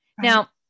Now